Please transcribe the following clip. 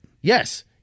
Yes